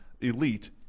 elite